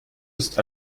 ist